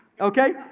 Okay